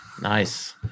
nice